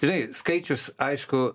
žinai skaičius aišku